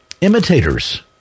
imitators